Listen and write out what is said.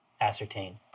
ascertain